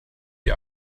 die